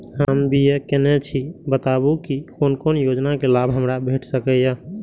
हम बी.ए केनै छी बताबु की कोन कोन योजना के लाभ हमरा भेट सकै ये?